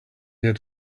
had